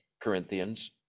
Corinthians